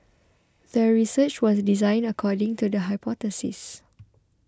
the research was designed according to the hypothesis